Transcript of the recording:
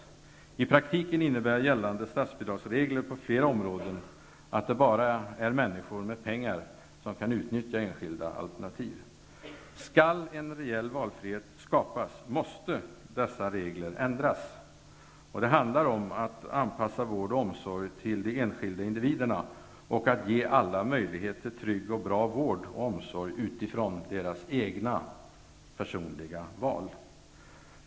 I praktiken innebär gällande statsbidragsregler på flera områden att det bara är människor med pengar som kan utnyttja enskilda alternativ. Skall en reell valfrihet skapas måste dessa regler ändras. Det handlar om att anpassa vård och omsorg till de enskilda individerna och att ge alla möjlighet till trygg och bra vård och omsorg utifrån deras egna, personliga val.